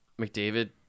McDavid